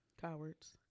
cowards